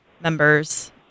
members